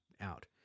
out